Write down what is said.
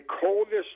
coldest